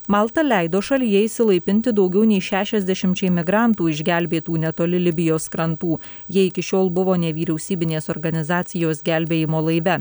malta leido šalyje išsilaipinti daugiau nei šešiasdešimčiai migrantų išgelbėtų netoli libijos krantų jie iki šiol buvo nevyriausybinės organizacijos gelbėjimo laive